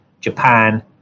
japan